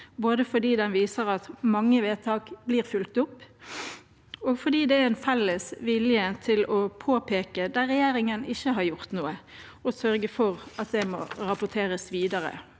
både fordi den viser at mange vedtak blir fulgt opp, og fordi det er en felles vilje til å påpeke der regjeringen ikke har gjort noe, og sørge for at det må rapporteres videre.